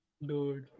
Dude